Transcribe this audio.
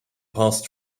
past